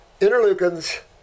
interleukins